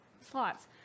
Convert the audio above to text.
slots